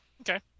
Okay